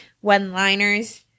one-liners